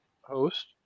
host